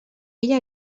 ella